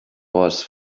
was